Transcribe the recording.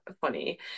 funny